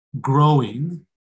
growing